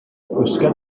gwisga